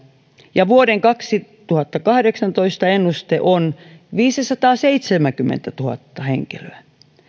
ja vuoden kaksituhattakahdeksantoista ennuste on viisisataaseitsemänkymmentätuhatta henkilöä